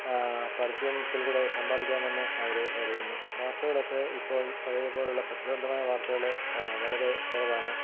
പരസ്യത്തിൽ കൂടി സമ്പാദിക്കാമെന്ന് അവർ കരുതുന്നു വാർത്തകളൊക്കെ ഇപ്പോൾ പഴയ പോലെയുള്ള സത്യസന്ധമായ വാർത്തകൾ വളരെ കുറവാണ്